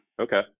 Okay